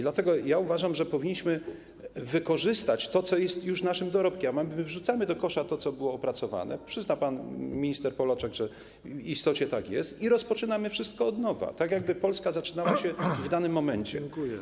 Dlatego uważam, że powinniśmy wykorzystać to, co jest już naszym dorobkiem, a wrzucamy do kosza to, co było opracowane - pan minister Polaczek przyzna, że w istocie tak jest - i rozpoczynamy wszystko od nowa, tak jakby Polska zaczynała się w danym momencie.